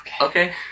Okay